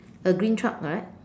a green truck right